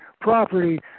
property